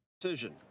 Decision